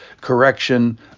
correction